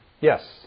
Yes